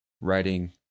writing